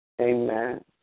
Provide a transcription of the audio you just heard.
Amen